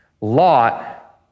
Lot